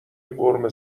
قورمه